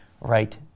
right